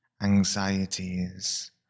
anxieties